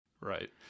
Right